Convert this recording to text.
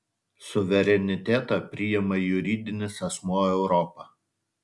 suverenitetą priima juridinis asmuo europa